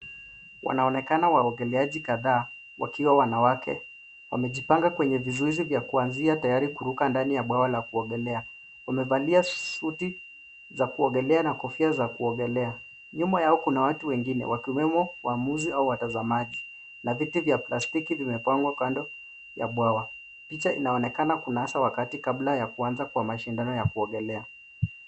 Wanaonekana waogeleaji kadhaa wakiwa wanawake. Wamejipanga kwenye vizuizi vya kuanzia tayari kuruka ndani ya bwawa la kuogelea. Wamevalia suti za kuogelea na kofia za kuogelea. Nyuma yao kuna watu wengine wakiwemo waamuzi au watazamaji na viti vya plastiki vimepangwa kando ya bwawa. Picha inaonekana kunasa wakati kabla ya kuanza kwa mashindano ya kuogelea.